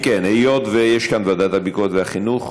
אם כן, היות שיש כאן ועדת ביקורת וועדת חינוך,